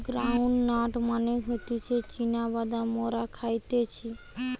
ground nut মানে হতিছে চীনা বাদাম মোরা খাইতেছি